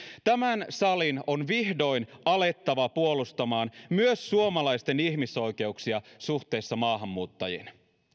tämän salin on vihdoin alettava puolustamaan myös suomalaisten ihmisoikeuksia suhteessa maahanmuuttajiin